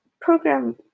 program